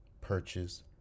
purchase